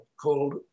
called